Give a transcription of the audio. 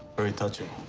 very touching.